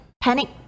Panic